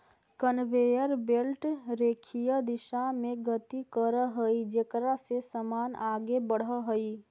conveyor belt रेखीय दिशा में गति करऽ हई जेकरा से समान आगे बढ़ऽ हई